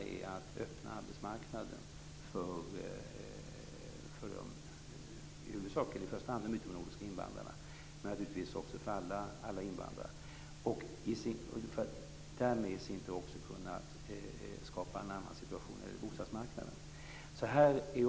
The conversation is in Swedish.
Man skall öppna arbetsmarknaden för i första hand de utomnordiska invandrarna, men naturligtvis även för alla invandrare, för att därmed kunna skapa en annan situation på bostadsmarknaden.